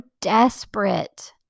desperate